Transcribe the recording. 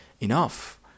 enough